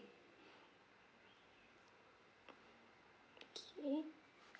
okay